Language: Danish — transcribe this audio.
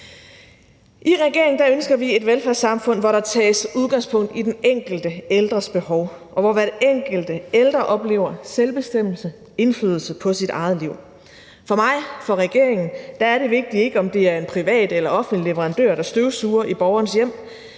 I regeringen ønsker vi et velfærdssamfund, hvor der tages udgangspunkt i den enkelte ældres behov, og hvor hver enkelt ældre oplever selvbestemmelse og indflydelse på sit eget liv. For mig og for regeringen er det vigtige ikke, om det er en privat eller offentlig leverandør, der støvsuger i borgerens hjem.